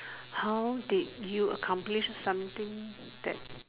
how did you accomplish something that